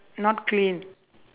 not clean